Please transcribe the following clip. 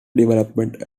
developed